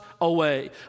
away